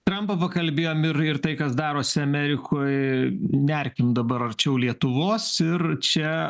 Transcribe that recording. trampą pakalbėjom ir tai kas darosi amerikoj nerkim dabar arčiau lietuvos ir čia